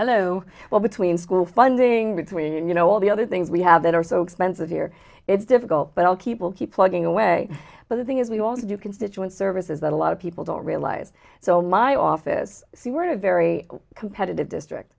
hello well between school funding that's when you know all other things we have that are so expensive here it's difficult but all people keep plugging away but the thing is we all do constituent services that a lot of people don't realize so my office see we're in a very competitive district